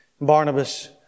Barnabas